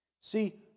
See